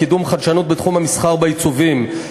קידום חדשנות בתחום המסחר בעיצובים.